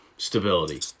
stability